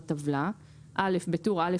בבלה - בטור א',